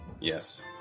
Yes